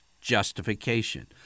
Justification